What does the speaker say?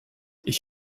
ich